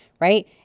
right